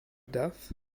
death